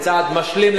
לבצע כצעד משלים,